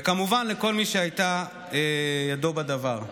כמובן גם לכל מי שהייתה ידו בדבר.